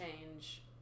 change